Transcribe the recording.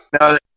No